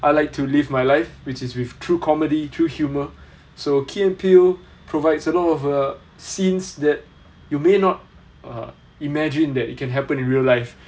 I like to live my life which is with through comedy through humour so key and peele provides a lot of uh scenes that you may not uh imagine that you can happen in real life